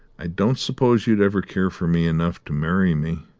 i don't suppose you'd ever care for me enough to marry me?